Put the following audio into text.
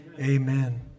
Amen